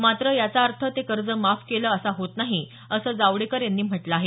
मात्र याचा अर्थ ते कर्ज माफ केलं असा होत नाही असं जावडेकर यांनी म्हटलं आहे